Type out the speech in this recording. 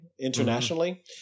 internationally